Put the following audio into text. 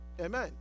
Amen